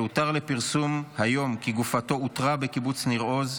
שהיום הותר לפרסום כי גופתו אותרה בקיבוץ ניר עוז,